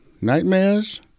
Nightmares